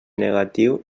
negatiu